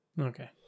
Okay